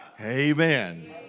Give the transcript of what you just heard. Amen